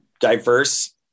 diverse